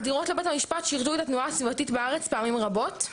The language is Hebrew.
עתירות לבית המשפט שירתו את התנועה הסביבתית בארץ פעמים רבות,